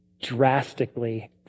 drastically